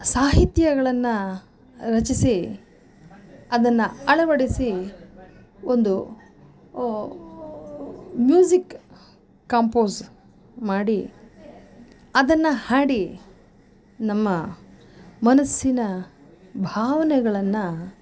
ಸಾಹಿತ್ಯಗಳನ್ನು ರಚಿಸಿ ಅದನ್ನು ಅಳವಡಿಸಿ ಒಂದು ಮ್ಯೂಸಿಕ್ ಕಂಪೋಸ್ ಮಾಡಿ ಅದನ್ನು ಹಾಡಿ ನಮ್ಮ ಮನಸ್ಸಿನ ಭಾವನೆಗಳನ್ನು